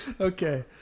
Okay